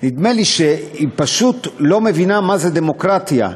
נדמה לי שהיא פשוט לא מבינה מה זה דמוקרטיה,